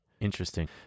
Interesting